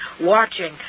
watching